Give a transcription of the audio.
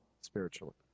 spiritually